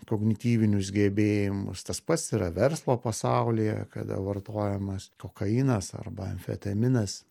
kognityvinius gebėjimus tas pats yra verslo pasaulyje kada vartojamas kokainas arba amfetaminas